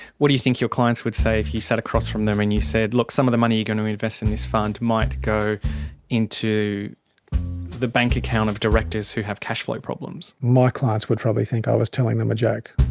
what do you think your clients would say if you sat across from them and you said look some of the money you're going to invest in this fund might go into the bank account of directors who have cash flow problems? my clients would probably think i was telling them a joke.